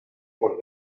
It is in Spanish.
por